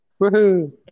Woohoo